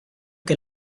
que